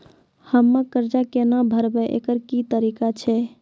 हम्मय कर्जा केना भरबै, एकरऽ की तरीका छै?